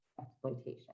exploitation